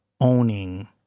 owning